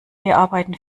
arbeiten